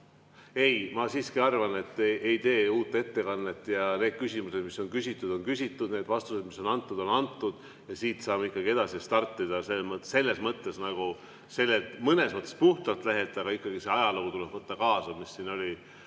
Ei, ma siiski arvan, et ei tee uut ettekannet, ja need küsimused, mis on küsitud, on küsitud, need vastused, mis on antud, on antud ja siit saab edasi startida selles mõttes nagu mõnes mõttes puhtalt lehelt, aga ikkagi see ajalugu, mis siin